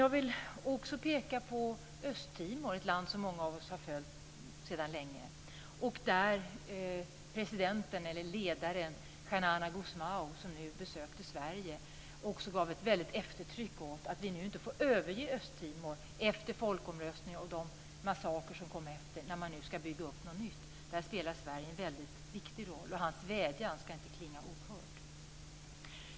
Jag vill också peka på Östtimor, ett land som många av oss har följt sedan länge. Ledaren Xanana Gusmao, som besökte Sverige, gav också ett väldigt eftertryck åt att vi nu inte får överge Östtimor efter folkomröstningen och de efterföljande massakrerna när man nu ska bygga upp något nytt. Sverige spelar en väldigt viktig roll. Hans vädjan ska inte klinga ohörd.